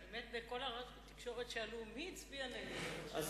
באמת בכל התקשורת שאלו מי הצביע נגד הקולנוע.